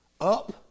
up